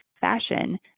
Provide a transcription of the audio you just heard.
fashion